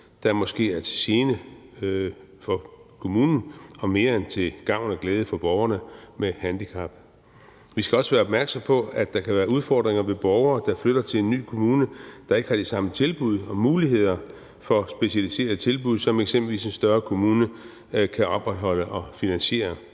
der måske er til gene for kommunen og mere end til gavn og glæde for borgerne med handicap? Vi skal også være opmærksomme på, at der kan være udfordringer med borgere, der flytter til en ny kommune, der ikke har de samme tilbud og muligheder for specialiserede tilbud, som eksempelvis en større kommune kan opretholde og finansiere.